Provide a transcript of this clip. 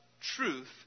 truth